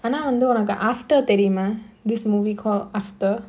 ஆனா வந்து உனக்கு:aanaa vanthu unakku after தெரிமா:therimaa this movie called after